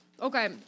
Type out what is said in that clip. Okay